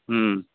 ହୁଁ